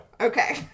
Okay